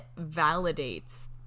validates